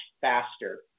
faster